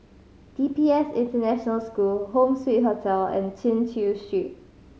D P S International School Home Suite Hotel and Chin Chew Street